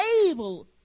able